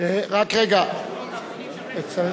צריך לסיים.